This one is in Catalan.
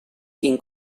quin